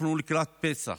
אנחנו לקראת פסח,